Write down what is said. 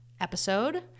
episode